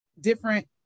different